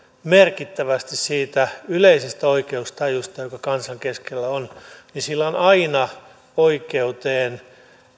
merkittävästi siitä yleisestä oikeustajusta joka kansan keskellä on niin sillä on aina oikeuteen